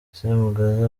semugaza